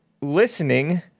listening